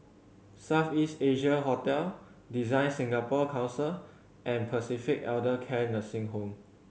South East Asia Hotel DesignSingapore Council and Pacific Elder Care Nursing Home